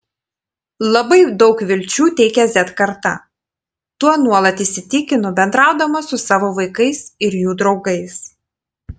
labai daug vilčių teikia z karta tuo nuolat įsitikinu bendraudama su savo vaikais ir jų draugais